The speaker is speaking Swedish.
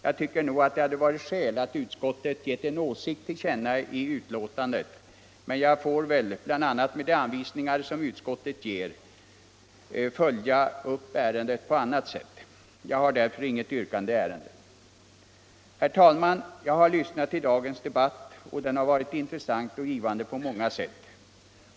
Jag tycker nog att det hade varit skäl för utskottet att ge en åsikt till känna i betänkandet men jag får väl, bl.a. med hänsyn till de anvisningar utskottet lämnat, följa upp ärendet på annat sätt. Jag har därför inget yrkande i ärendet. Herr talman! Jag har lyssnat till dagens debatt, och denna har varit intressant och givande på många sätt.